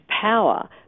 power